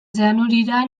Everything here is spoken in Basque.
zeanurira